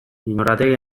iñurrategi